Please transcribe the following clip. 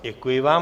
Děkuji vám.